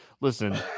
Listen